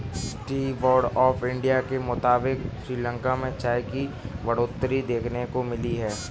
T board of India के मुताबिक़ श्रीलंका में चाय की बढ़ोतरी देखने को मिली है